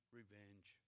revenge